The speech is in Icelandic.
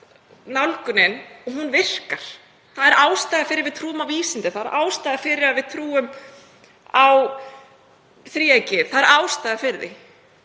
nálgunin og hún virkar. Það er ástæða fyrir því að við trúum á vísindin, það eru ástæða fyrir því að við trúum á þríeykið. Það er ástæða fyrir því,